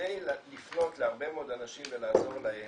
כדי לפנות להרבה מאוד אנשים ולעזור להם,